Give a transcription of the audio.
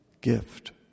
gift